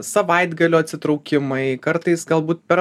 savaitgalio atsitraukimai kartais galbūt per